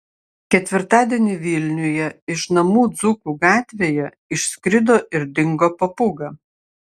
ketvirtadienį vilniuje iš namų dzūkų gatvėje išskrido ir dingo papūga